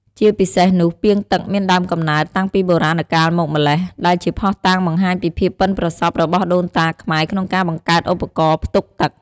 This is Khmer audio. ជាពិសេសនោះ ពាងទឹក មានដើមកំណើតតាំងពីបុរាណកាលមកម្ល៉េះ ដែលជាភស្តុតាងបង្ហាញពីភាពប៉ិនប្រសប់របស់ដូនតាខ្មែរក្នុងការបង្កើតឧបករណ៍ផ្ទុកទឹក។